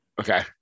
Okay